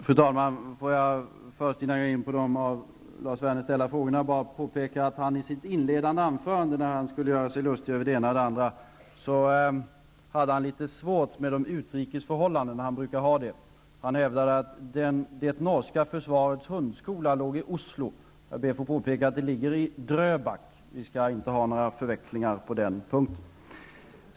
Fru talman! När Lars Werner i sitt inledande anförande skulle göra sig lustig över det ena och det andra hade han svårt med de utrikes förhållandena. Han brukar ha det. Han hävdade att det norska försvarets hundskola låg i Oslo. Jag ber att få påpeka att det ligger i Dröbak. Vi skall inte ha några förvecklingar på den punkten.